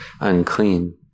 unclean